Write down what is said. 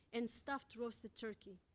and stuffed roasted turkey.